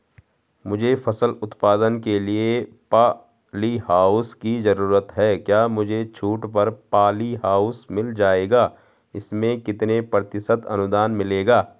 मुझे फसल उत्पादन के लिए प ॉलीहाउस की जरूरत है क्या मुझे छूट पर पॉलीहाउस मिल जाएगा इसमें कितने प्रतिशत अनुदान मिलेगा?